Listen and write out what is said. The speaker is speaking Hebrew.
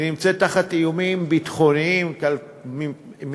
היא נמצאת תחת איומים ביטחוניים כאלה,